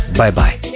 bye-bye